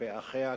כלפי אחיה,